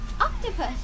octopus